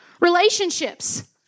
Relationships